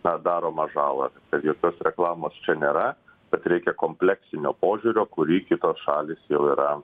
na daromą žalą bet jokios reklamos čia nėra bet reikia kompleksinio požiūrio kurį kitos šalys jau yra